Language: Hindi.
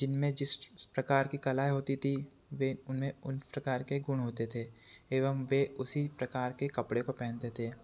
जिनमें जिस प्रकार की कलाएँ होती थीं वे उनमें उन प्रकार के गुण होते थे एवं वे उसी प्रकार के कपड़े को पेहनते थे